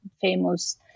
famous